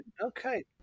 okay